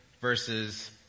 versus